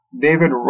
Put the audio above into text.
David